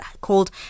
called